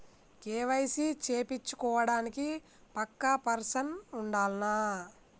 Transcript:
KYC చేపిచ్చుకోవడానికి పక్కా person ఉండాల్నా?